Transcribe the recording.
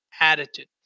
attitude